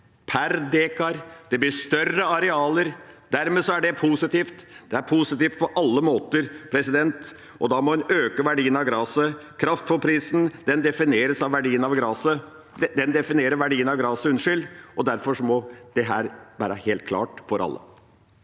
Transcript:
og det blir større arealer. Dermed er det positivt. Det er positivt på alle måter, og da må en øke verdien av gresset. Kraftfôrprisen definerer verdien av gresset, og derfor må dette være helt klart for alle.